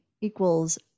equals